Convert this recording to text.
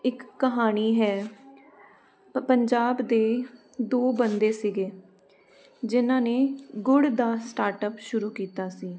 ਇੱਕ ਕਹਾਣੀ ਹੈ ਪ ਪੰਜਾਬ ਦੇ ਦੋ ਬੰਦੇ ਸੀਗੇ ਜਿਹਨਾਂ ਨੇ ਗੁੜ ਦਾ ਸਟਾਰਟਅਪ ਸ਼ੁਰੂ ਕੀਤਾ ਸੀ